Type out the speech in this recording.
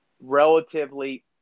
relatively